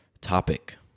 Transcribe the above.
topic